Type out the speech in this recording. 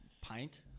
Pint